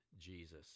Jesus